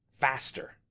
faster